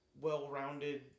well-rounded